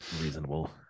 reasonable